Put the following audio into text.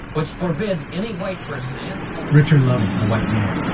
which forbids any white person and richard loving, a white man,